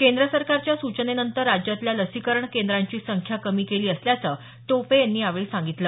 केंद्र सरकारच्या सूचनेनंतर राज्यातल्या लसीकरण केंद्राची संख्या कमी केली असल्याचं टोपे यांनी यावेळी सांगितलं